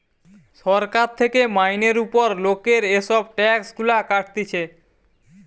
সরকার থেকে মাইনের উপর লোকের এসব ট্যাক্স গুলা কাটতিছে